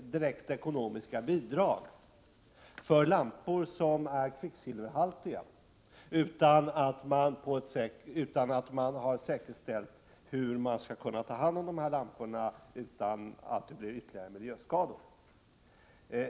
direkta ekonomiska bidrag, för lampor som är kvicksilverhaltiga utan att det har säkerställts hur man skall kunna ta hand om lamporna utan att åstadkomma ytterligare miljöskador.